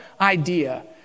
idea